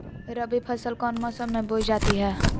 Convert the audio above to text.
रबी फसल कौन मौसम में बोई जाती है?